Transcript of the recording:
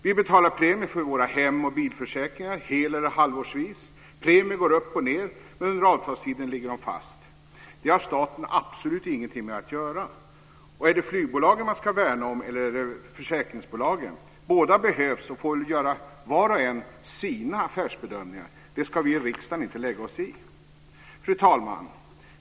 Vi betalar premier för våra hem och bilförsäkringar hel eller halvårsvis. Premier går upp och ned men under avtalstiden ligger de fast. Det har staten absolut ingenting att göra med. Är det flygbolagen man ska värna om eller är det försäkringsbolagen? Båda behövs, och var en får göra sina affärsbedömningar. Det ska vi i riksdagen inte lägga oss i. Fru talman!